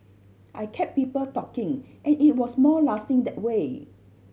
I kept people talking and it was more lasting that way